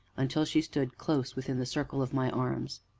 until she stood close, within the circle of my arms.